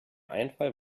einfall